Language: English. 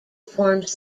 forms